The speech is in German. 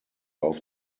auf